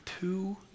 two